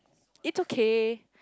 it's okay